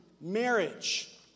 marriage